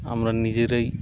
আমরা নিজেরাই